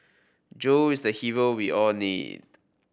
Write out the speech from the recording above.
Joe is the hero we all need